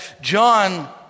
John